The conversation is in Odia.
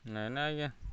ନାଇଁ ନାଇଁ ଆଜ୍ଞା